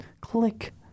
click